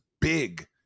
big